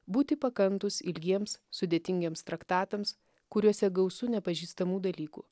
būti pakantūs ilgiems sudėtingiems traktatams kuriuose gausu nepažįstamų dalykų